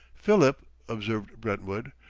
philip, observed brentwood,